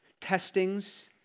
testings